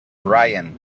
brian